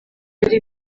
yari